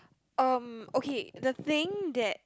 um okay the thing that